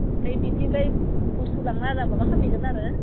ओमफ्राय बिथिंफ्राय बुस्तु लांना आलादा माबा खालामहैगोन आरो